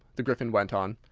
the gryphon went on.